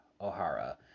O'Hara